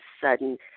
sudden